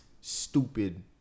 stupid